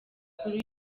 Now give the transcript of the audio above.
kuri